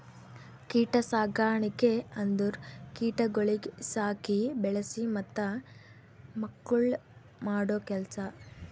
ಕೀಟ ಸಾಕಣಿಕೆ ಅಂದುರ್ ಕೀಟಗೊಳಿಗ್ ಸಾಕಿ, ಬೆಳಿಸಿ ಮತ್ತ ಮಕ್ಕುಳ್ ಮಾಡೋ ಕೆಲಸ